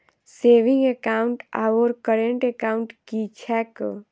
Saving account आओर current account की छैक?